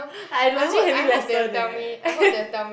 I legit having lesson eh